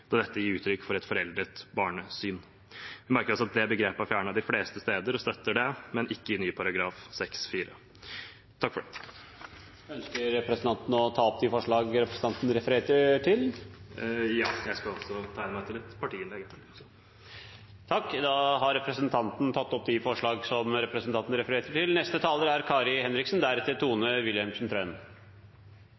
da dette gir uttrykk for et foreldet barnesyn. Vi merker oss at begrepet er fjernet de fleste steder, og støtter det, men ikke i ny § 6-4. Ønsker representanten Øvstegård å ta opp de forslagene som står i innstillingen? Ja. Representanten Freddy André Øvstegård har tatt opp de forslagene som han refererte til. Endringene i denne loven dreier seg om å styrke rettssikkerheten til dem som